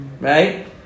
Right